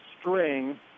string